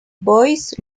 boys